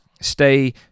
stay